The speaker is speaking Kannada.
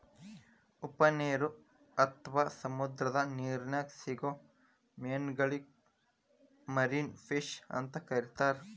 ಉಪ್ಪನೇರು ಅತ್ವಾ ಸಮುದ್ರದ ನಿರ್ನ್ಯಾಗ್ ಸಿಗೋ ಮೇನಗಳಿಗೆ ಮರಿನ್ ಫಿಶ್ ಅಂತ ಕರೇತಾರ